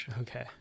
Okay